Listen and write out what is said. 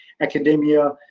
academia